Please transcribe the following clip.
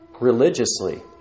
religiously